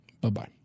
Bye-bye